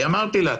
אמרתי לה,